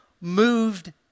moved